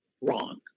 wrong